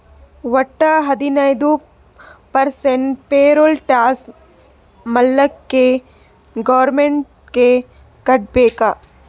ವಟ್ಟ ಹದಿನೈದು percent payroll tax ಮಾಲ್ಲಾಕೆ ಗೌರ್ಮೆಂಟ್ಗ್ ಕಟ್ಬೇಕ್